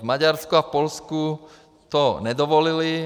V Maďarsku a v Polsku to nedovolili.